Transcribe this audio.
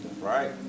Right